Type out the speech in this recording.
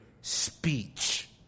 speech